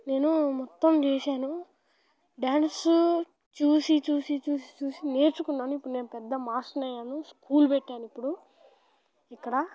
నేను మొత్తం చూశాను డ్యాన్సు చూసి చూసి చూసి చూసి నేర్చుకున్నాను ఇప్పుడు నేను పెద్ద మాస్టర్ని అయ్యాను పెద్ద స్కూల్ పెట్టాను ఇప్పుడు ఇక్కడ